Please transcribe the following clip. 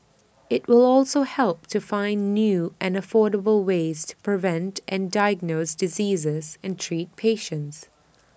IT will also help to find new and affordable ways to prevent and diagnose diseases and treat patients